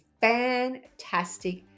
fantastic